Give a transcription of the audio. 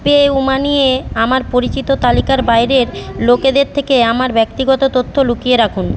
PayU money এ আমার পরিচিত তালিকার বাইরের লোকেদের থেকে আমার ব্যক্তিগত তথ্য লুকিয়ে রাখুন